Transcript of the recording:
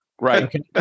Right